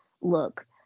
look